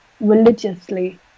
religiously